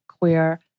queer